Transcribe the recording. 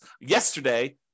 yesterday